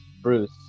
Bruce